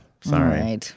Sorry